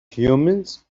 humans